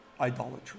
idolatry